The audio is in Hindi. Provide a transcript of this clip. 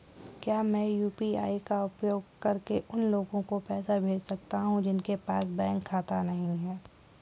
क्या मैं यू.पी.आई का उपयोग करके उन लोगों को पैसे भेज सकता हूँ जिनके पास बैंक खाता नहीं है?